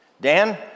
Dan